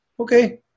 Okay